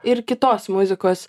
ir kitos muzikos